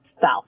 south